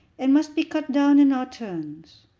and must be cut down in our turns.